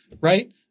right